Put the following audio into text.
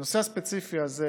בנושא הספציפי הזה,